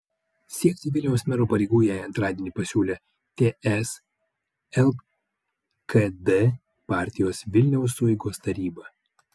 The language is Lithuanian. siekti vilniaus mero pareigų jai antradienį pasiūlė ts lkd partijos vilniaus sueigos taryba